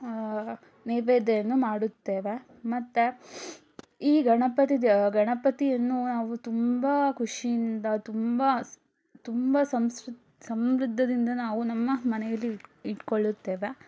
ನೈವೇದ್ಯವನ್ನು ಮಾಡುತ್ತೇವೆ ಮತ್ತು ಈ ಗಣಪತಿ ದೇ ಗಣಪತಿಯನ್ನು ನಾವು ತುಂಬ ಖುಷಿಯಿಂದ ತುಂಬ ತುಂಬ ಸಂಸ್ರ್ ಸಮೃದ್ಧಿಯಿಂದ ನಾವು ನಮ್ಮ ಮನೆಯಲ್ಲಿ ಇಟ್ಟು ಇಟ್ಟುಕೊಳ್ಳುತ್ತೇವೆ